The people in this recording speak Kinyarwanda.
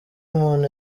umuntu